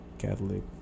Catholic